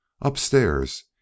Upstairs